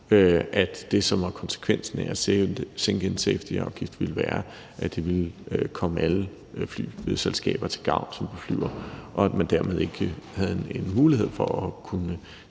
at det, som var konsekvensen af at sænke en safetyafgift, ville være, at det ville komme alle flyselskaber til gavn, som beflyver en lufthavn, og at man dermed ikke havde en mulighed for at kunne